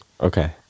okay